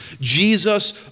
Jesus